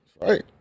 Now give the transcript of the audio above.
Right